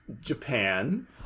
Japan